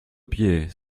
pieds